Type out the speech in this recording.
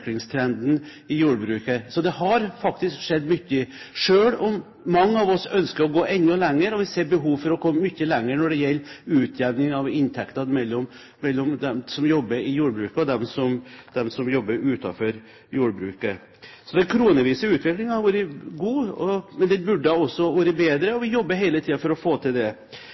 utviklingstrenden i jordbruket. Så det har faktisk skjedd mye, selv om mange av oss ønsker å gå enda lenger og vi ser behovet for å komme mye lenger når det gjelder utjevning av inntektene mellom dem som jobber i jordbruket, og dem som jobber utenfor jordbruket. Den kronevise utviklingen har vært god, men den burde vært bedre. Vi jobber hele tiden for å få til det.